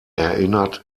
erinnert